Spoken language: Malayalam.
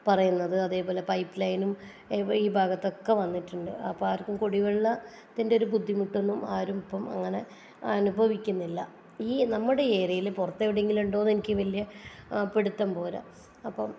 പറയുന്നത് അതുപോലെ പൈപ്പ് ലൈനും ഈ ഭാഗത്തൊക്കെ വന്നിട്ടുണ്ട് അപ്പം ആർക്കും കുടിവെള്ളത്തിൻ്റെ ഒരു ബുദ്ധിമുട്ടൊന്നും ആരും ഇപ്പം അങ്ങനെ അനുഭവിക്കുന്നില്ല ഈ നമ്മുടെ ഏരിയയിൽ പുറത്ത് എവിടെയെങ്കിലും ഉണ്ടോ എന്ന് എനിക്ക് വലിയ പിടുത്തം പോരാ അപ്പം